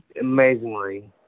amazingly